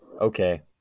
okay